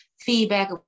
feedback